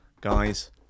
Guys